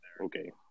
okay